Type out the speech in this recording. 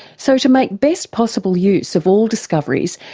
so to make best possible use of all discoveries,